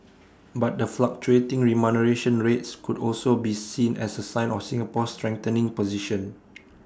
but the fluctuating remuneration rates could also be seen as A sign of Singapore's strengthening position